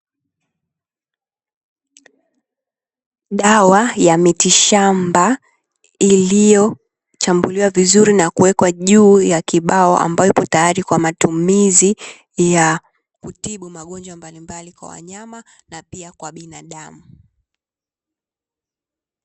Dawa ya mitishamba iliyochambuliwa vizuri na kuwekwa kibao ambapo ipo tayari kwa matumizi ya kutibu magonjwa mbalimbali kwa wanyama na pia kwa binadamu.